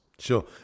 Sure